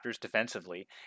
defensively